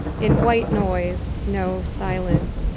in white noise, no silence,